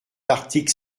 l’article